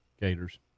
Gators